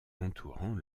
entourant